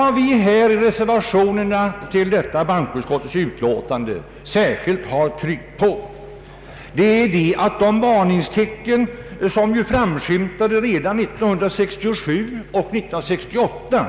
Vad vi särskilt har tryckt på i reservationerna till detta bankoutskottets utlåtande är att de varningstecken som framskymtade redan åren 1967 och 1968